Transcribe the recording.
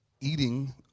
eating